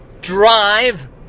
drive